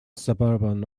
suburban